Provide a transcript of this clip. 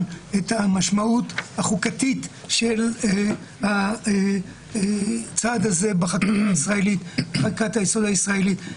את המשמעות החוקתית של הצעד הזה בחקיקת היסוד הישראלית.